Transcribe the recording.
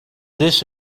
this